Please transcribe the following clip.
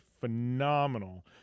phenomenal